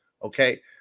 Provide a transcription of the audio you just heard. Okay